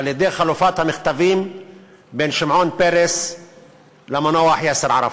על-ידי חליפת המכתבים בין שמעון פרס למנוח יאסר ערפאת.